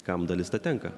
kam dalis to tenka